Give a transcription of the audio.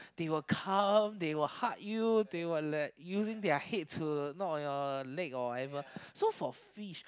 they will come they will hug you they will like using their head to knock on your leg or whatever so for fish